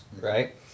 right